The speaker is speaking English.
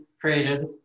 created